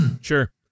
sure